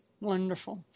Wonderful